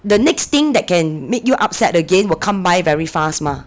the next thing that can make you upset again will come by very fast mah